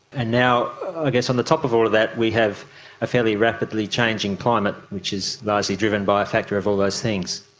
and now i ah guess on the top of all of that we have a fairly rapidly changing climate, which is largely driven by a factor of all those things.